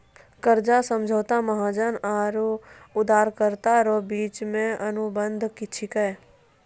कर्जा समझौता महाजन आरो उदारकरता रो बिच मे एक अनुबंध छिकै